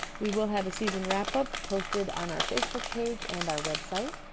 we will have a season wrap up posted on our facebook page and our website